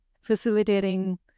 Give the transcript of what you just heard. facilitating